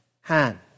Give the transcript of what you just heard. hand